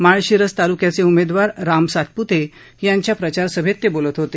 माळशिरस तालुक्याचे उमेदवार राम सातप्ते यांच्या प्रचार सभेत ते बोलत होते